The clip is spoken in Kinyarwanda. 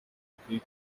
akwiye